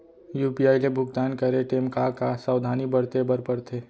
UPI ले भुगतान करे टेम का का सावधानी बरते बर परथे